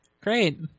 Great